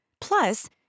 Plus